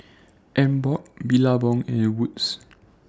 Emborg Billabong and Wood's